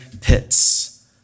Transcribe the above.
pits